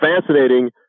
fascinating